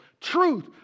truth